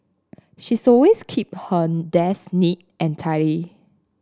she's always keep her desk neat and tidy